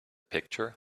picture